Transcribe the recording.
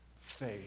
faith